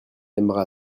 aimera